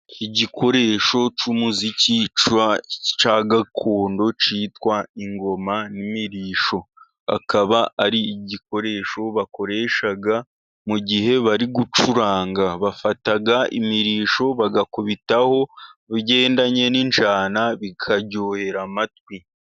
Igikoresho cy'umuziki cya gakondo cyitwa ingoma n'imirishyo. Akaba ari igikoresho bakoresha mu gihe bari gucuranga. Bafata imirishyo bagakubitaho bigendanye n'injyana bikaryohera amatwi.